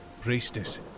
Priestess